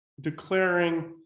declaring